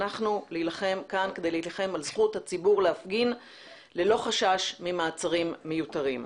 אנחנו נילחם כאן על זכות הציבור להפגין ללא חשש ממעצרים מיותרים.